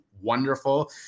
wonderful